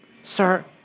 Sir